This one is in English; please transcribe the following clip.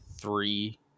three